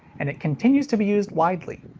and it continues to be used widely.